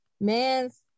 Man's